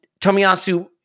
Tomiyasu